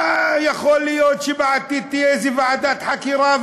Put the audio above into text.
יכול להיות שפעם בעתיד תהיה ועדת חקירה,